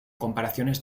comparaciones